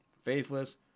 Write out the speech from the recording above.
faithless